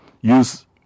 use